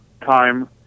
time